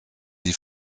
die